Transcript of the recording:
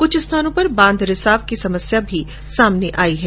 कुछ स्थानों पर बांध रिसाव की समस्या भी सामने आई है